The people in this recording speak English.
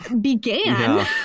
began